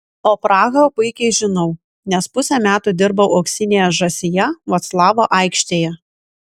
o prahą puikiai žinau nes pusę metų dirbau auksinėje žąsyje vaclavo aikštėje